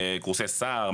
קורסי סע"ר,